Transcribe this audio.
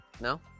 No